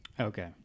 okay